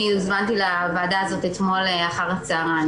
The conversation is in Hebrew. אני הוזמנתי לוועדה הזאת אתמול אחר הצוהריים.